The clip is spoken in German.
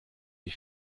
die